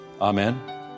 Amen